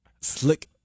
slick